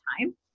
time